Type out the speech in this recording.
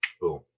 Boom